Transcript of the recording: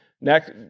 next